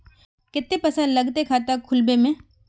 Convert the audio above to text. केते पैसा लगते खाता खुलबे में?